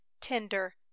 tender